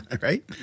Right